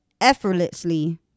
effortlessly